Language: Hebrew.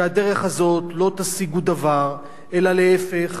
שבדרך הזאת לא תשיגו דבר אלא להיפך,